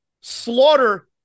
Slaughter